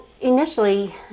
initially